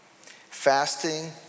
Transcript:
Fasting